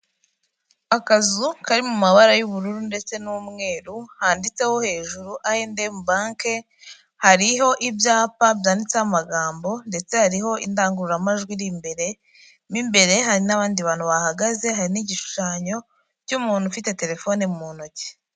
Akazu kari mu mabara y'ubururu ndetse n'umweru, handitseho hejuru I&M banki, hariho ibyapa byanditseho amagambo ndetse hariho indangururamajwi iri imbere, mo imbere hari n'abandi bantu bahagaze, hari n'igishushanyo cy'umuntu ufite terefone mu ntoki.